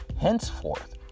Henceforth